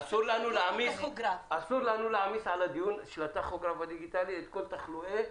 אסור לנו להעמיס על הדיון של הטכוגרף הדיגיטלי את כל התחלואים.